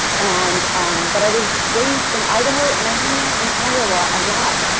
and but i was raised in idaho and i hang out in iowa a lot,